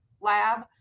lab